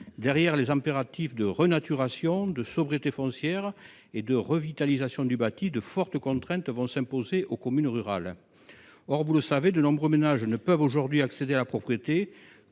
Derrière les impératifs de renaturation, de sobriété foncière et de revitalisation du bâti, de fortes contraintes s’imposeront aux communes rurales. Or, vous le savez, de nombreux ménages ne peuvent actuellement accéder à la propriété